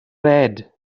head